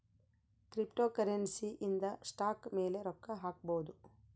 cryptocurrency ಇಂದ stock ಮೇಲೆ ರೊಕ್ಕ ಹಾಕ್ಬೊದು